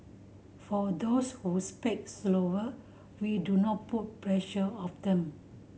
for those whose pack slower we do not put pressure of them